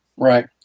Right